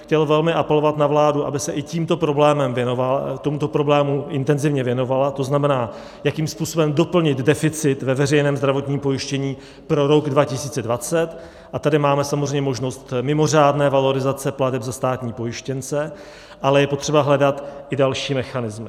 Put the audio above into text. Chtěl bych velmi apelovat na vládu, aby se i tomuto problému intenzivně věnovala, to znamená, jakým způsobem doplnit deficit ve veřejném zdravotním pojištění pro rok 2020, a tady máme samozřejmě možnost mimořádné valorizace plateb za státní pojištěnce, ale je potřeba hledat i další mechanismy.